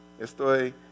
Estoy